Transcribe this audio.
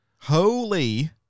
holy